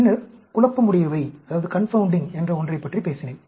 பின்னர் குழப்பமுடையவை என்ற ஒன்றைப் பற்றி பேசினேன்